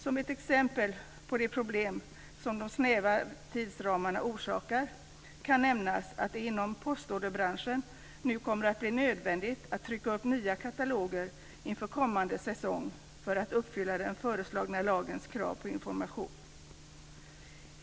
Som ett exempel på de problem som de snäva tidsramarna orsakar kan nämnas att det inom postorderbranschen nu kommer att bli nödvändigt att trycka upp nya kataloger inför kommande säsong för att man ska uppfylla den föreslagna lagens krav på information.